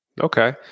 Okay